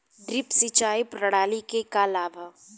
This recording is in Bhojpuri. ड्रिप सिंचाई प्रणाली के का लाभ ह?